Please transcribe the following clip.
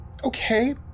Okay